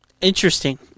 Interesting